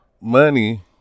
money